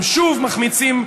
הם שוב לא מחמיצים,